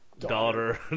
Daughter